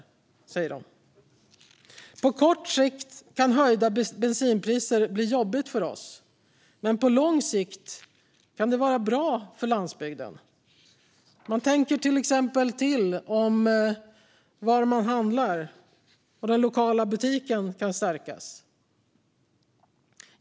De fortsätter: På kort sikt kan höjda bensinpriser bli jobbigt för oss, men på lång sikt kan det vara bra för landsbygden. Man tänker exempelvis till om var man handlar, och den lokala butiken kan stärkas.